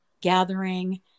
gathering